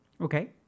Okay